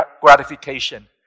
gratification